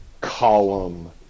column